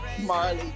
Marley